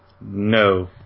No